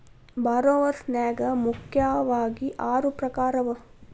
ಭಾರೊವರ್ಸ್ ನ್ಯಾಗ ಮುಖ್ಯಾವಗಿ ಆರು ಪ್ರಕಾರವ